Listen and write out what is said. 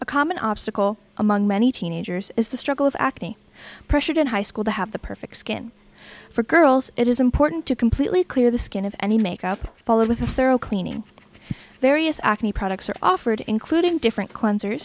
a common obstacle among many teenagers is the struggle of acne pressured in high school to have the perfect skin for girls it is important to completely clear the skin of any makeup followed with a thorough cleaning various acne products are offered including different cleanser